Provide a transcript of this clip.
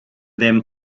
then